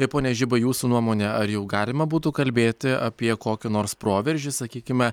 tai pone žibai jūsų nuomone ar jau galima būtų kalbėti apie kokį nors proveržį sakykime